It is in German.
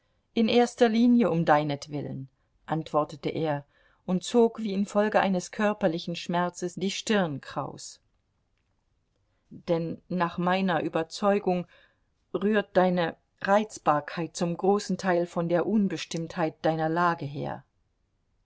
in erster linie um deinetwillen antwortete er und zog wie infolge eines körperlichen schmerzes die stirn kraus denn nach meiner überzeugung rührt deine reizbarkeit zum großen teil von der unbestimmtheit deiner lage her